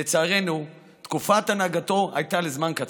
לצערנו, תקופת הנהגתו הייתה לזמן קצר,